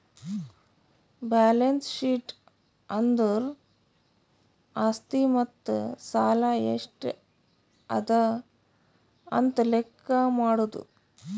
balance sheet ಅಂದುರ್ ಆಸ್ತಿ ಮತ್ತ ಸಾಲ ಎಷ್ಟ ಅದಾ ಅಂತ್ ಲೆಕ್ಕಾ ಮಾಡದು